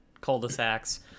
cul-de-sacs